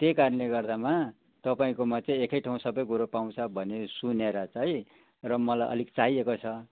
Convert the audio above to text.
त्यही कारणले गर्दामा तपाईँकोमा चाहिँ एकै ठाउँ सबै कुरो पाउँछ सुनेर चाहिँ र मलाई अलिक चाहिएको छ